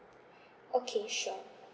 okay sure